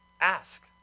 Ask